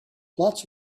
lots